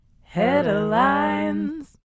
Headlines